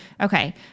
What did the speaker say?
Okay